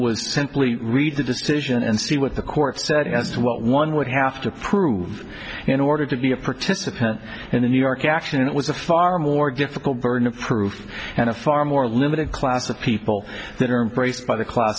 was simply read the decision and see what the court said as to what one would have to prove in order to be a participant in the new york action and it was a far more difficult burden of proof and a far more limited class of people that are in place by the class